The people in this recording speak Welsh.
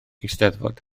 eisteddfod